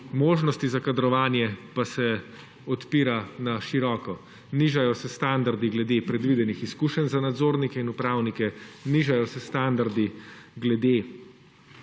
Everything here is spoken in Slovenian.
Možnosti za kadrovanje pa se odpira na široko, nižajo se standardi glede predvidenih izkušenj za nadzornike in upravnike, nižajo se standardi glede